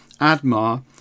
Admar